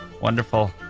Wonderful